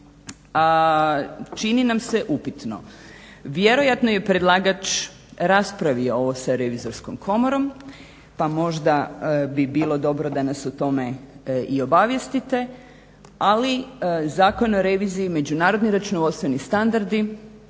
čini nam se upitno. Vjerojatno je predlagač raspravio ovo sa revizorskom komorom, pa možda bi bilo dobro da nas o tome i obavijestite, ali Zakon o reviziji, međunarodni računovodstveni standardi